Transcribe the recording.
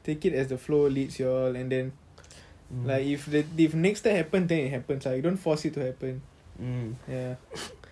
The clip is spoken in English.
take it as the flow leads you all and then like if the if next time happens then it happens ah don't force it to happen ya